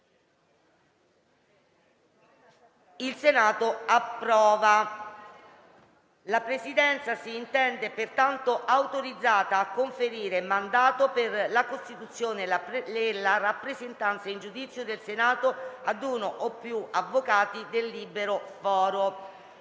**Sono approvate.** La Presidenza si intende pertanto autorizzata a conferire mandato, per la costituzione e la rappresentanza in giudizio del Senato, ad uno o più avvocati del libero foro.